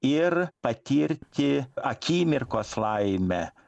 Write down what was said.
ir patirti akimirkos laimę